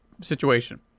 situation